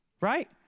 Right